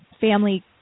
family